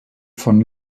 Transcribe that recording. von